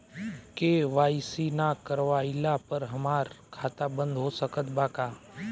KYC ना करवाइला पर हमार खाता बंद हो सकत बा का?